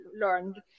learned